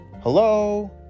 Hello